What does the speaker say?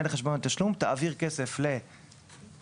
חשבון התשלום: "תעביר כסף למוטב",